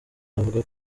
avuga